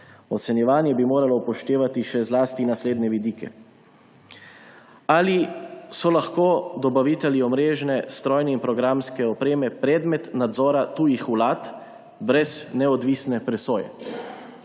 Ocenjevanje bi moralo upoštevati še zlasti naslednje vidike. Ali so lahko dobavitelji omrežne strojne in programske opreme predmet nadzora tujih vlad brez neodvisne presoje?